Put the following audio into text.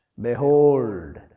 Behold